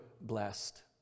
blessed